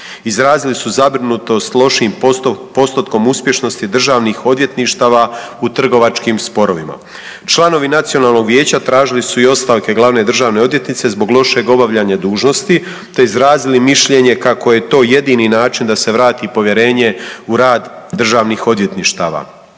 Izrazili su zabrinutost lošim postotkom uspješnosti Državnih odvjetništava u Trgovačkim sporovima. Članovi Nacionalnog vijeća tražili su i ostavke Glavne državne odvjetnice zbog lošeg obavljanja dužnosti, te izrazili mišljenje kako je to jedini način da se vrati povjerenje u rad Državnih odvjetništava.